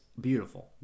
beautiful